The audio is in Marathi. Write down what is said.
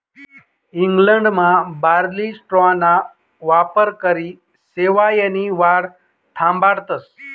इंग्लंडमा बार्ली स्ट्राॅना वापरकरी शेवायनी वाढ थांबाडतस